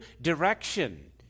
direction